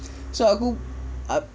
so aku